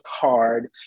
card